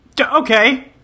Okay